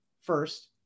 first